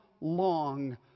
long